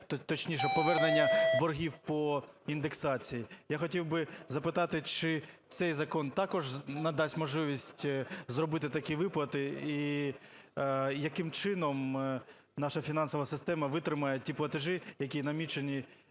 точніше, повернення боргів по індексації. Я хотів би запитати, чи цей закон також надасть можливість зробити такі виплати? І яким чином наша фінансова система витримає ті платежі, які намічені